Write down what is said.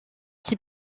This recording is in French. qui